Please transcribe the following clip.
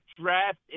draft